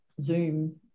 Zoom